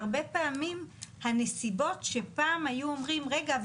והרבה פעמים הנסיבות שפעם היו אומרים: רגע אבל,